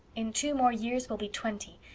in two more years we'll be twenty.